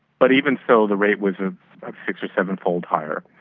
but even so the rate was of six or seven-fold higher.